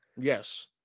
Yes